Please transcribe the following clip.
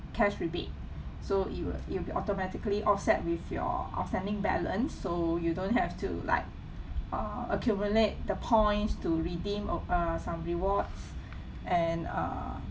cash rebate so it will it'll be automatically offset with your outstanding balance so you don't have to like uh accumulate the points to redeem o~ uh some rewards and err